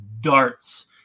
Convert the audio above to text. darts